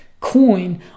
coin